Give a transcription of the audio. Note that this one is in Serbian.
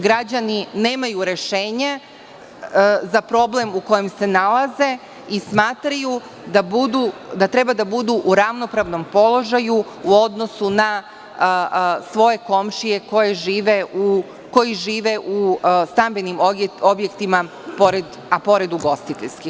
Građani nemaju rešenja za problem u kojem se nalaze i smatraju da treba da budu u ravnopravnom položaju u odnosu na svoje komšije koji žive u stambenim objektima, a pored ugostiteljskih.